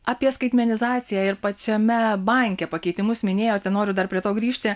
apie skaitmenizaciją ir pačiame banke pakeitimus minėjote noriu dar prie to grįžti